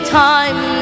time